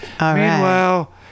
meanwhile